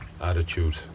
attitude